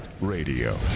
Radio